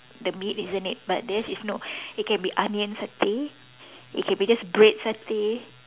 the meat isn't it but theirs is no it can be onion satay it can be just bread satay